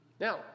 Now